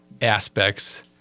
aspects